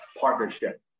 partnership